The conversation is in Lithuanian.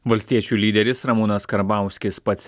valstiečių lyderis ramūnas karbauskis pats